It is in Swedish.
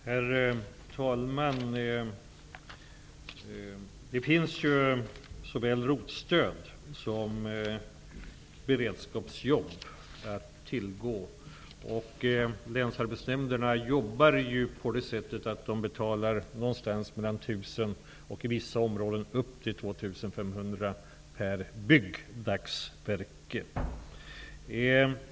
Herr talman! Det finns ju såväl ROT-stöd som beredskapsjobb att tillgå, och länsarbetsnämnderna betalar mellan 1 000 kr och, i vissa områden, upp till 2 500 kr per byggdagsverke.